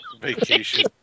Vacation